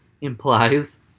implies